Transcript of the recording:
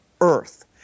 earth